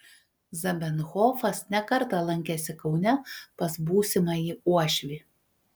zamenhofas ne kartą lankėsi kaune pas būsimąjį uošvį